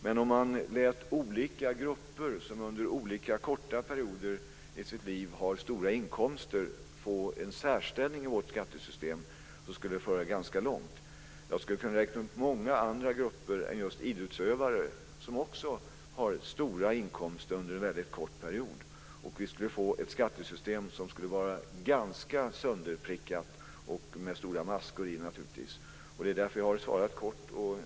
Men om man lät olika grupper, som under korta perioder i sitt liv har stora inkomster, få en särställning i vårt skattesystem skulle det föra ganska långt. Jag skulle kunna räkna upp många andra grupper än just idrottsutövare som också har stora inkomster under en väldigt kort period. Vi skulle i så fall få ett skattesystem som är ganska sönderprickat och har stora maskor. Därför har jag svarat kort.